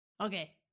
Okay